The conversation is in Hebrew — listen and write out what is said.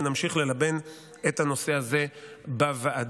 ונמשיך ללבן את הנושא הזה בוועדה.